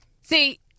See